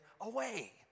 away